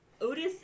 Otis